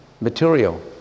Material